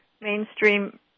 mainstream